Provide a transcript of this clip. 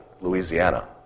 Louisiana